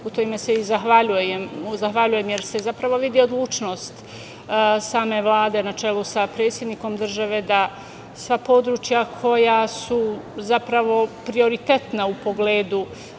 u to ime se i zahvaljujem, jer se zapravo vidi odlučnost same Vlade na čelu sa predsednikom države da sva područja koja su prioritetna u pogledu